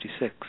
1966